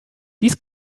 dies